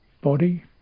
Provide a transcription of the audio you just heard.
body